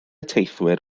teithwyr